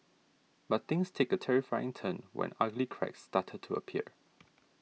but things take a terrifying turn when ugly cracks started to appear